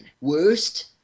worst